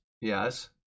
yes